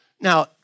Now